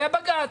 היה בג"ץ.